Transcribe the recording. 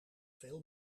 veel